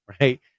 right